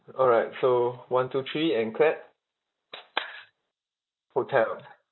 all right so one two three and clap hotel